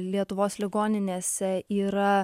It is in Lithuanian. lietuvos ligoninėse yra